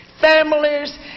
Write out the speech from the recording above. families